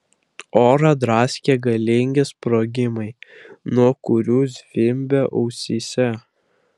orą draskė galingi sprogimai nuo kurių zvimbė ausyse